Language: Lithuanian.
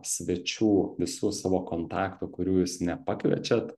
svečių visų savo kontaktų kurių jūs nepakviečiat